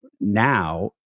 now